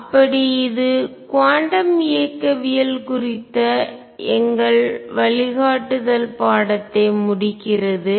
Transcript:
அப்படி இது குவாண்டம் இயக்கவியல் குறித்த எங்கள் வழிகாட்டுதல் பாடத்தை முடிக்கிறது